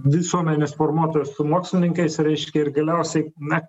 visuomenės formuotojo su mokslininkais reiškia ir galiausiai na